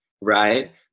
right